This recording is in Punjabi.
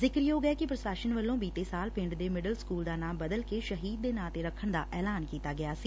ਜ਼ਿਕਰਯੋਗ ਐ ਕਿ ਪ੍ਰਸ਼ਾਸ਼ਨ ਵੱਲੋਂ ਬੀਤੇ ਸਾਲ ਪਿੰਡ ਦੇ ਮਿਡਲ ਸਕੁਲ ਦਾ ਨਾਂ ਬਦਲ ਕੇ ਸ਼ਹੀਦ ਦੇ ਨਾਂ ਤੇ ਰੱਖਣ ਦਾ ਐਲਾਨ ਕੀਤਾ ਗਿਆ ਸੀ